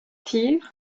tirs